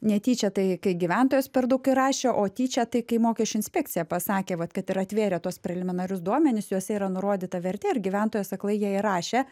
netyčia tai kai gyventojas per daug įrašė o tyčia tai kai mokesčių inspekcija pasakė vat kad ir atvėrė tuos preliminarius duomenis juose yra nurodyta vertė ir gyventojas aklai ją įrašė